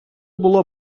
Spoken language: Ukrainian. було